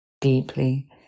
deeply